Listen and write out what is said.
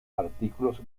artículos